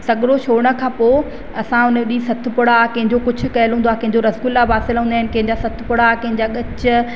सॻड़ो छोड़ण खां पोइ असां उन ॾींहुं सतपुड़ा कंहिंजो कुझु कयलु हूंदो आहे कंहिंजो रसगुला बासियल हूंदा आहिनि कंहिंजा सतपुड़ा कंहिंजा ॻच